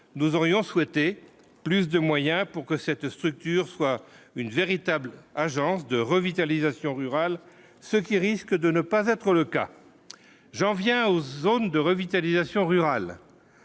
nous aurions souhaité plus de moyens pour que cette structure soit une véritable agence de revitalisation rurale, ce qui risque de ne pas être le cas, j'en viens aux zones de revitalisation rurale